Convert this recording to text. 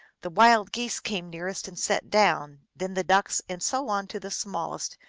the wild geese came nearest and sat down, then the ducks, and so on to the small est,